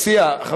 אז אני מציע לכם,